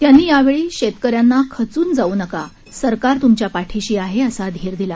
त्यांनी यावेळी शेतकऱ्यांना खचून जाऊ नका सरकार त्मच्या पाठिशी आहे असा धीर दिला